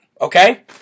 okay